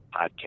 podcast